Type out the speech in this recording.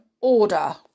order